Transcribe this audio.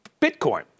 Bitcoin